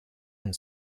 and